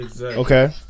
Okay